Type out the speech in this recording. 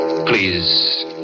Please